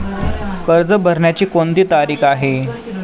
कर्ज भरण्याची कोणती तारीख आहे?